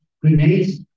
grenades